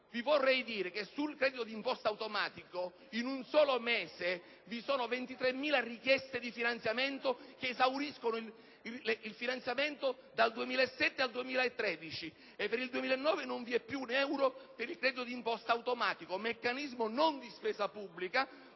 ricordare che sul credito d'imposta automatico in un solo mese vi sono 23.000 richieste di finanziamento che esauriscono gli stanziamenti dal 2007 al 2013, e per il 2009 non vi è più un euro per il credito d'imposta automatico, meccanismo non di spesa pubblica,